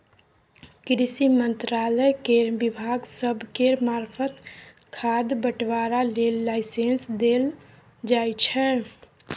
कृषि मंत्रालय केर विभाग सब केर मार्फत खाद बंटवारा लेल लाइसेंस देल जाइ छै